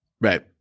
right